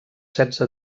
setze